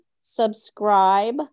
subscribe